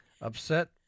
Upset